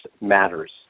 matters